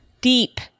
deep